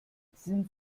sind